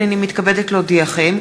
הנני מתכבדת להודיעכם,